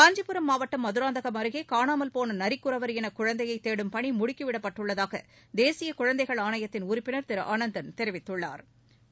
காஞ்சிபுரம் மாவட்டம் மதுராந்தகம் அருகே காணாமல் போன நிக்குறவர் இன குழந்தையை தேடும் பணி முடுக்கிவிடப்பட்டுள்ளதாக தேசிய குழந்தைகள் ஆணையத்தின் உறுப்பினர் திரு ஆனந்தன் தெரிவித்துள்ளா்